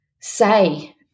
say